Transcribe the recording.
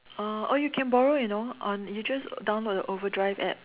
oh or you can borrow you know on you just download the over drive App